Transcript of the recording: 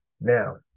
Now